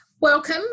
welcome